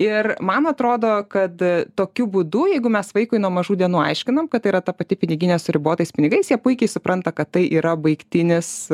ir man atrodo kad tokiu būdu jeigu mes vaikui nuo mažų dienų aiškinom kad tai yra ta pati piniginė su ribotais pinigais jie puikiai supranta kad tai yra baigtinis